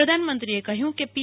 પ્રધાનમંત્રીએ કહ્યું કે પી